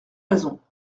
raisons